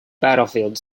battlefield